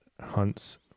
hunts